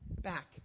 back